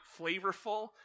flavorful